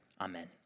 amen